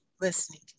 listening